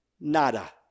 Nada